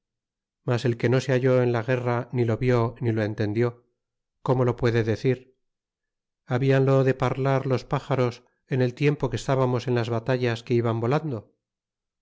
mas el que no se halló en la guerra ni lo vió ni o entendió cómo lo puede decir habianlo de parlar los pájaros en el tiempo que estábamos en las batallas que iban volando